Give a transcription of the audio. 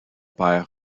père